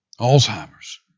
Alzheimer's